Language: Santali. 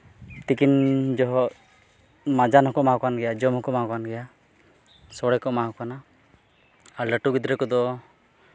ᱛᱤᱠᱤᱱ ᱡᱚᱠᱷᱮᱡ ᱢᱟᱸᱡᱟᱱ ᱦᱚᱠᱚ ᱮᱢᱟᱠᱚ ᱠᱟᱱ ᱜᱮᱭᱟ ᱡᱚᱢ ᱦᱚᱠᱚ ᱮᱢᱟ ᱠᱚ ᱠᱟᱱ ᱜᱮᱭᱟ ᱟᱨ ᱥᱳᱲᱮ ᱠᱚ ᱮᱢᱟᱠᱚ ᱠᱟᱱᱟ ᱟᱨ ᱞᱟᱹᱴᱩ ᱜᱤᱫᱽᱨᱟᱹ ᱠᱚᱫᱚ